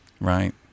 Right